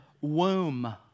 womb